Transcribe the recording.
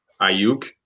Ayuk